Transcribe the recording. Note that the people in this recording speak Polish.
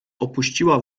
opuściła